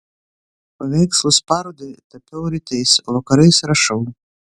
paveikslus parodai tapiau rytais o vakarais rašau